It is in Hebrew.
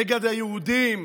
נגד היהודים,